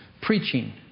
preaching